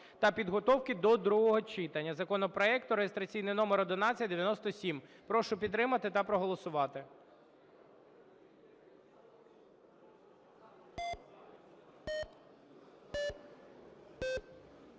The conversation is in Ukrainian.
та підготовки до другого читання законопроекту, реєстраційний номер 1197. Прошу підтримати та проголосувати. 17:09:58